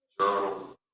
journal